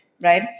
right